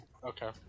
Okay